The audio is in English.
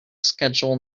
schedule